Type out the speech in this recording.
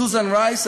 סוזן רייס,